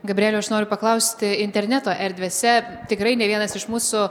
gabrieliau aš noriu paklausti interneto erdvėse tikrai ne vienas iš mūsų